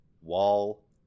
Wall